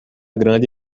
grande